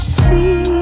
see